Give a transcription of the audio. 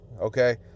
okay